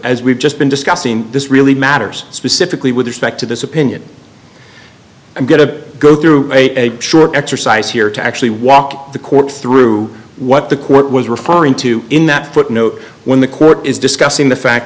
as we've just been discussing this really matters specifically with respect to this opinion i'm going to go through a short exercise here to actually walk the court through what the court was referring to in that footnote when the court is discussing the fact